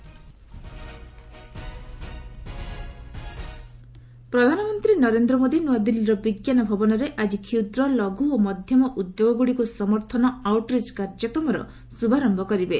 PM MSME ପ୍ରଧାନମନ୍ତ୍ରୀ ନରେନ୍ଦ୍ର ମୋଦି ନୂଆଦିଲ୍ଲୀର ବିଜ୍ଞାନ ଭବନରେ ଆଜି କ୍ଷୁଦ୍ର ଲଘୁ ଓ ମଧ୍ୟମ ଉଦ୍ୟୋଗଗୁଡ଼ିକୁ ସମର୍ଥନ ଆଉଟରିଚ୍ କାର୍ଯ୍ୟକ୍ରମର ଶୁଭାରମ୍ଭ କରିବେ